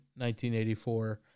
1984